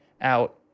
out